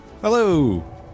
Hello